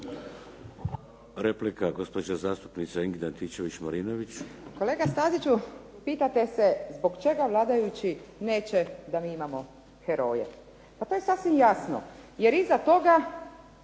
Replika gospođa zastupnica Ingrid Antičević-Marinović. **Antičević Marinović, Ingrid (SDP)** Kolega Staziću, pitate se zbog čega vladajući neće da mi imamo heroje. Pa to je sasvim jasno, jer iza toga